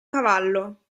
cavallo